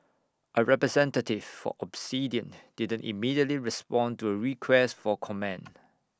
A representative for Obsidian didn't immediately respond to A request for comment